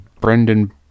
Brendan